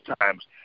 times